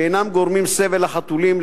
שאינם גורמים סבל לחתולים,